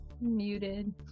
Muted